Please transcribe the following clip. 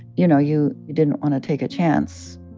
you know, you you didn't want to take a chance.